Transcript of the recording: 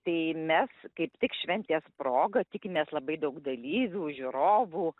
tai mes kaip tik šventės proga tikimės labai daug dalyvių žiūrovų